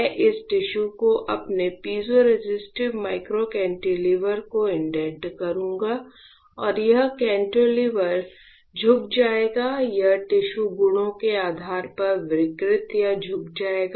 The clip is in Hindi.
मैं इस टिश्यू पर अपने पीज़ोरेसिस्टिव माइक्रो कैंटिलीवर को इंडेंट करूंगा और यह कैंटिलीवर झुक जाएगा यह टिश्यू गुणों के आधार पर विकृत या झुक जाएगा